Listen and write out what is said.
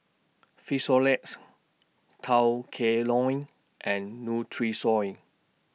Frisolac Tao Kae Noi and Nutrisoy